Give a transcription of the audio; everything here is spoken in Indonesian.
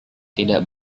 tidak